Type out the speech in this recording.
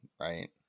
right